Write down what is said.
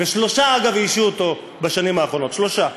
שלושה, אגב, איישו אותו בשנים האחרונות, שלושה.